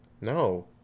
No